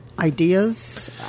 Ideas